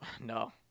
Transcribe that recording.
No